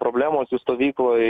problemos jų stovykloj